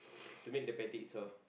to make the patty itself